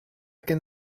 can